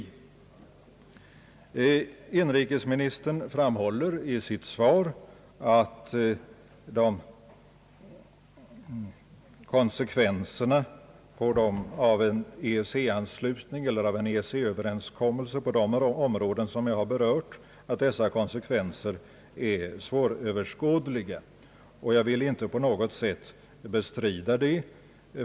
Inrikesministern framhåller i sitt svar att konsekvenserna av en EEC överenskommelse på de områden som jag har berört är svåröverskådliga. Jag vill inte på något sätt bestrida detta.